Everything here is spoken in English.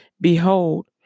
behold